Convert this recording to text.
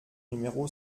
numéro